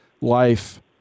life